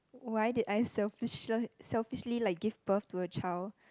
why did I selfish se~ selfishly give birth to a child